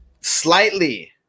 slightly